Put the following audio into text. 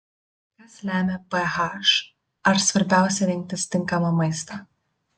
kas lemia ph ar svarbiausia rinktis tinkamą maistą